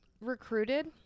recruited